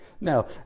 Now